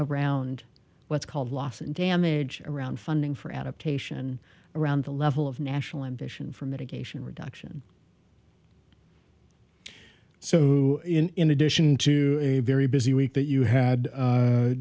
around what's called loss and damage around funding for adaptation around the level of national ambition for mitigation reduction so in addition to a very busy week that you had